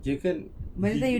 dia kan he